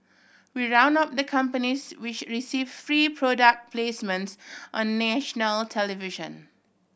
we round up the companies which receive free product placements on national television